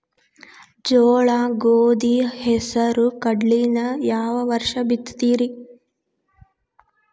ಜೋಳ, ಗೋಧಿ, ಹೆಸರು, ಕಡ್ಲಿನ ಯಾವ ವರ್ಷ ಬಿತ್ತತಿರಿ?